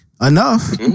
enough